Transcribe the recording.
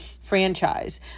franchise